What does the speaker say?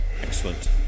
excellent